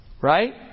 Right